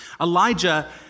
Elijah